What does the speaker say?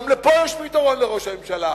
גם פה יש פתרון לראש הממשלה.